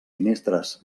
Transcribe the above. finestres